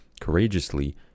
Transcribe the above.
Courageously